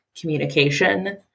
communication